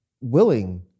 willing